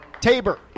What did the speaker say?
Tabor